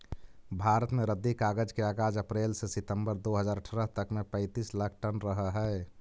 भारत में रद्दी कागज के आगाज अप्रेल से सितम्बर दो हज़ार अट्ठरह तक में पैंतीस लाख टन रहऽ हई